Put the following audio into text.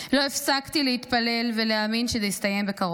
לא הפסקתי להתפלל ולהאמין שזה יסתיים בקרוב.